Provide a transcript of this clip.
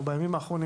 בימים האחרונים,